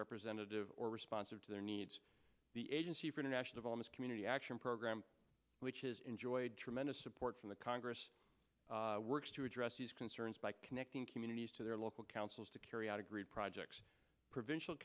representative or responsive to their needs the agency for nash of all this community action program which has enjoyed tremendous support from the congress works to address these concerns by connecting communities to their local councils to carry out a great project provincial